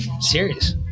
Serious